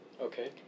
Okay